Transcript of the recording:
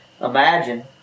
imagine